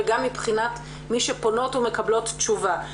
וגם מבחינת מי שפונות ומקבלות תשובה.